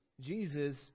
Jesus